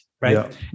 right